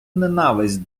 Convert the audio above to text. ненависть